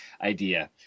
idea